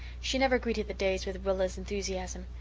she never greeted the days with rilla's enthusiasm.